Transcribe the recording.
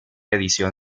edición